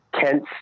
Kent